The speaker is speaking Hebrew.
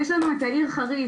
יש לנו את העיר חריש,